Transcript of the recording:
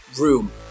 room